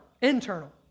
internal